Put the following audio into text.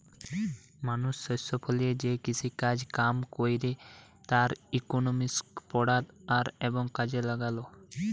মানুষ শস্য ফলিয়ে যে কৃষিকাজ কাম কইরে তার ইকোনমিক্স পড়া আর এবং কাজে লাগালো